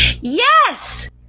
Yes